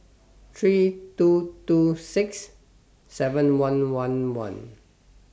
three two two six seven one one one